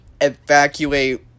evacuate